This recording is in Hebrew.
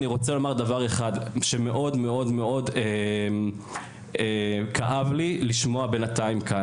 אני רוצה לומר דבר אחד שמאוד כאב לי לשמוע כאן.